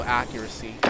accuracy